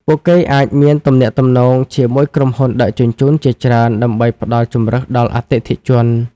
ពួកគេអាចមានទំនាក់ទំនងជាមួយក្រុមហ៊ុនដឹកជញ្ជូនជាច្រើនដើម្បីផ្តល់ជម្រើសដល់អតិថិជន។